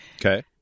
Okay